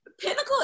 Pinnacle